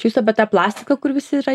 jūs apie tą plastiką kur visi rai